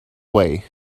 way